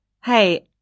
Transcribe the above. Hey